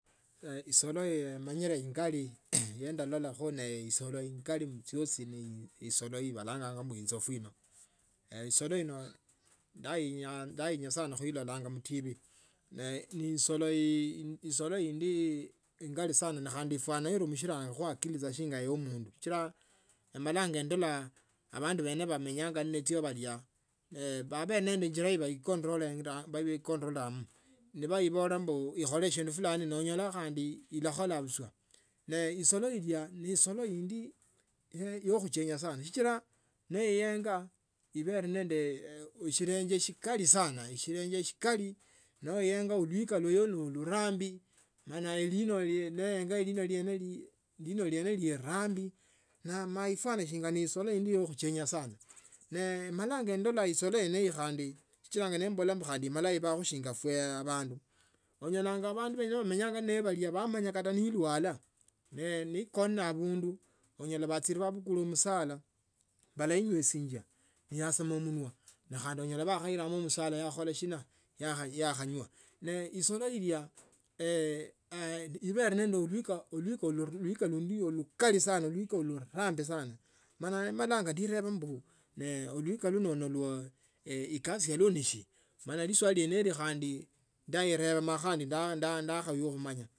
isolo yemanyile ingoli yendalolakho nesolo ingali khuchiosi ne isola yabalanganga inzofu isolo ino ndainya khuilola sana khuitivi neisoloindi ingali sana nekhandi. Efwana iruishila akili tsinga yaomundu sichila malanga endola abandu bena bamenyanga nacho babele nende injila bajicontrolanga mba baecontrolamo baibola ikhole shindu fulani no isolo indi yekhuchenya sana sichila noenge ibere nende shirenge shikali shikali sana noenge uliikwa lulwe ne lurambi mala lino noenge hino neerambi ne meifwana veerolo indi irambi yekhuchenywa sana nimalaondola esolo yene khandi sichila nembola mbu mala emala ebakho chinga banchu onyola bandu bamanyamo balia bamanyeikata nelilwa nelikona abundu nonyola bakibukule musala balainyeswinga neyasama munwa nekhandi bakhoilamo musala bakhakhola shina yakhanywa isolo ilya ibele nende uluika lurambi. Oluika lundi ne olukali saba oliuka ularambi sana mala emala nereba mbu uluika lano pkasi yene neshina. Mala liswali hene khandi ndaireba mala khandi ndakhunywa khumanya.